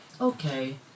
Okay